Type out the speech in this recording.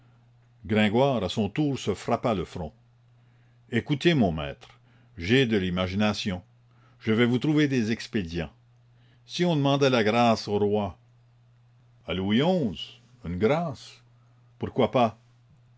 à son tour se frappa le front écoutez mon maître j'ai de l'imagination je vais vous trouver des expédients si on demandait la grâce au roi à louis xi une grâce pourquoi pas